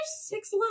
six